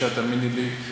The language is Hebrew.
יש שינוי גישה, תאמיני לי.